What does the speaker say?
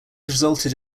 resulted